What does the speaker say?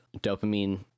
dopamine